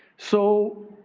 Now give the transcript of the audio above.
so